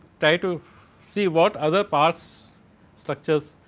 try to see, what other past structures.